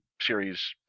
series